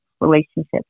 relationships